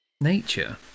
nature